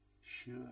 sure